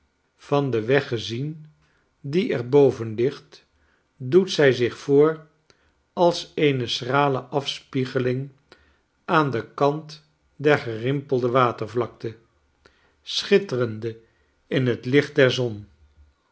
van den weg gezien die er boven ligt doet zij zich voor als eene schrale afspiegeling aan den kant der gerimpelde watervlakte schitterende in het licht derzon